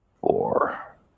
four